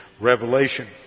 revelation